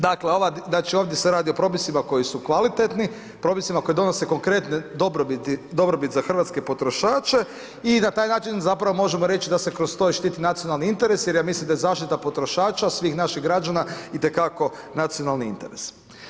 Dakle, ova znači ovdje se radi o propisima koji su kvalitetni, propisima koji donose konkretne dobrobiti, dobrobit za hrvatske potrošače i na taj način zapravo možemo reći da se kroz to i štiti nacionalni interes jer ja mislim da je zaštita potrošača svih naših građana i te kako nacionalni interes.